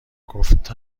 گفت